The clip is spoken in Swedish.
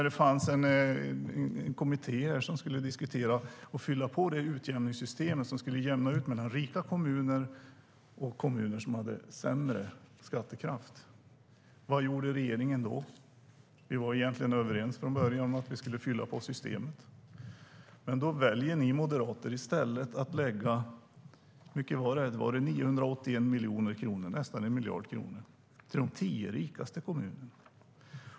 Det fanns en kommitté som skulle diskutera och fylla på det utjämningssystem som skulle jämna ut mellan rika kommuner och kommuner med sämre skattekraft. Vad gjorde då regeringen? Vi var egentligen överens från början om att vi skulle fylla på systemet. Men ni moderater valde i stället att lägga 981 miljoner kronor, tror jag att det var, nästan 1 miljard kronor till de tio rikaste kommunerna.